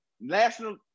national